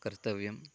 कर्तव्यम्